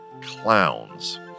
clowns